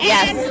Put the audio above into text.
Yes